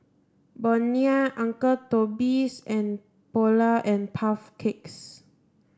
Bonia Uncle Toby's and Polar and Puff Cakes